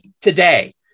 Today